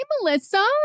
Melissa